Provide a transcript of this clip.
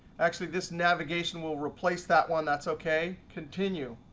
actually this navigation will replace that one. that's ok. continue.